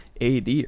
AD